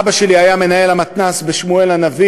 אבא שלי היה מנהל המתנ"ס בשמואל-הנביא,